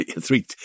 three